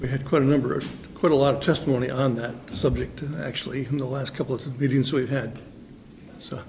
we had quite a number of quite a lot of testimony on that subject actually in the last couple of videos we've had so